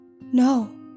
No